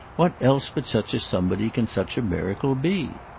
what else but such a somebody can such a miracle be?